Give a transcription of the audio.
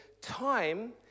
time